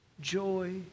joy